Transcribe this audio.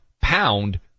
pound